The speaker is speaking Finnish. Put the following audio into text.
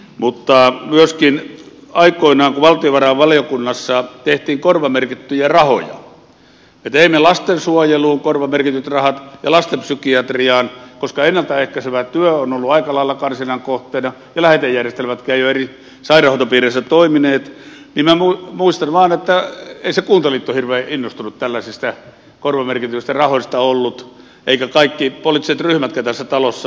mutta myöskin aikoinaan kun valtiovarainvaliokunnassa tehtiin korvamerkittyjä rahoja me teimme lastensuojeluun korvamerkityt rahat ja lastenpsykiatriaan koska ennalta ehkäisevä työ on ollut aika lailla karsinnan kohteena ja lähetejärjestelmätkään eivät ole eri sairaanhoitopiireissä toimineet minä muistan vain että ei se kuntaliitto hirveän innostunut tällaisista korvamerkityistä rahoista ollut eivätkä kaikki poliittiset ryhmätkään tässä talossa